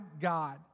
God